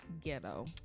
ghetto